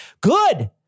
good